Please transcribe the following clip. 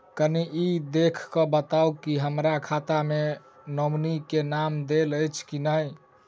कनि ई देख कऽ बताऊ तऽ की हमरा खाता मे नॉमनी केँ नाम देल अछि की नहि?